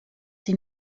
sie